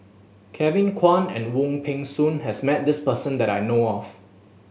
Kevin Kwan and Wong Peng Soon has met this person that I know of